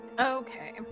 Okay